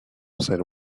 said